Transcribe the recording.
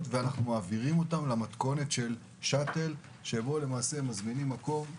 והעברנו אותם למתכונת של שאט"ל בו מזמינים מקום.